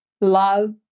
love